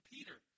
Peter